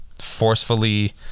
forcefully